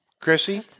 Chrissy